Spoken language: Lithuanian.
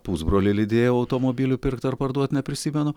pusbrolį lydėjau automobilį pirkti ar parduot neprisimenu